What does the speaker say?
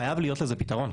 חייב להיות לזה פתרון.